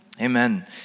Amen